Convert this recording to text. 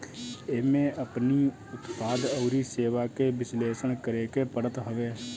एमे अपनी उत्पाद अउरी सेवा के विश्लेषण करेके पड़त हवे